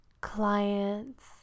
clients